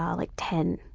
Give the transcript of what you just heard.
um like ten.